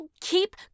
keep